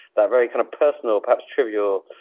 that very kind of personal perhaps trivial